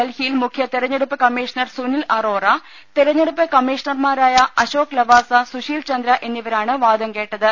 ഡൽഹിയിൽ മുഖ്യ തെരഞ്ഞെടുപ്പ് കമ്മീഷണർ സുനിൽ അറോറ തിരഞ്ഞെടുപ്പ് കമ്മീഷണർമാരായ അശോക് ലവാസ സുശീൽ ചന്ദ്ര എന്നിവരാണ് വാദം കേട്ടത്